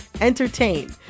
entertain